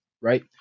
right